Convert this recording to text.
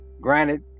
granted